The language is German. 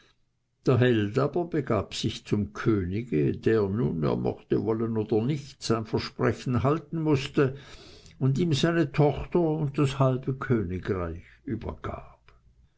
begab sich zum könige der nun er mochte wollen oder nicht sein versprechen halten mußte und ihm seine tochter und das halbe königreich übergab